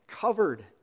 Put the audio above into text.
covered